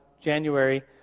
January